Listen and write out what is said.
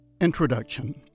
Introduction